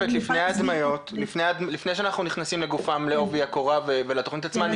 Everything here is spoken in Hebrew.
לפני שאנחנו נכנסים לעובי הקורה ולתכנית עצמה אני